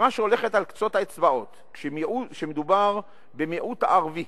חברה שהולכת על קצות האצבעות כשמדובר במיעוט ערבי